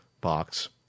box